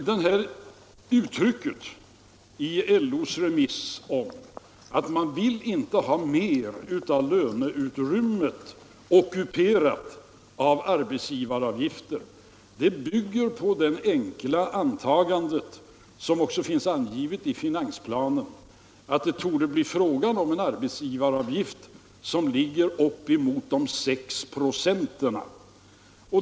Vad som sägs i LO:s remissyttrande om att man inte vill ha mer av löneutrymmet ockuperat av arbetsgivaravgifter bygger på det enkla antagandet — det återfinns även i finansplanen — att det torde bli fråga om en arbetsgivaravgift som ligger på uppemot 6 X.